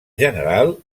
general